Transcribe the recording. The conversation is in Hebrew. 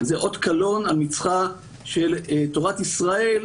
זה אות קלון על מצחה של תורת ישראל,